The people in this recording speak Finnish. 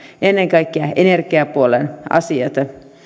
ennen kaikkea energiapuolen asiat